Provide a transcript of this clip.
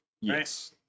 Yes